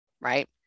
right